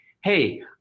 hey